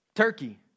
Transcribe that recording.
Turkey